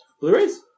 Blu-rays